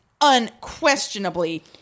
unquestionably